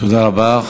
תודה רבה.